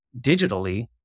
digitally